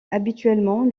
habituellement